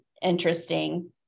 interesting